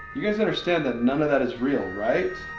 you guys understand that none of that is real, right?